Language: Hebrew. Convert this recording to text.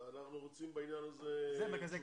אני רוצה שאתם